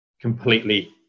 completely